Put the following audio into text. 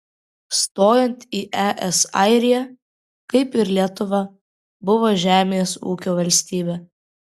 stojant į es airija kaip ir lietuva buvo žemės ūkio valstybė